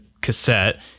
cassette